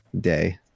day